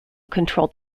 controlled